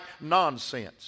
nonsense